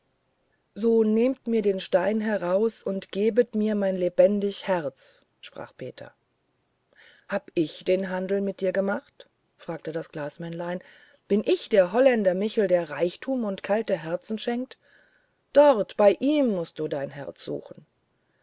so nehmet mir den toten stein heraus und gebet mir mein lebendiges herz sprach peter hab ich den handel mit dir gemacht fragte das glasmännlein bin ich der holländer michel der reichtum und kalte herzen schenkt dort bei ihm mußt du dein herz suchen